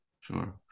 sure